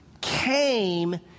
came